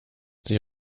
sich